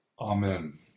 Amen